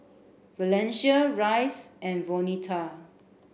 Valencia Rice and Vonetta